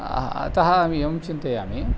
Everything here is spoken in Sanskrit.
अतः अहं एवं चिन्तयामि